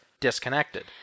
disconnected